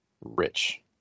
rich